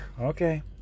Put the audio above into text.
Okay